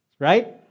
Right